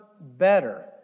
better